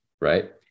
right